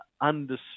understood